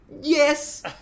Yes